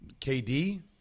KD